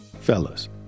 Fellas